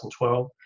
2012